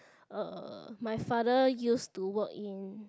uh my father used to work in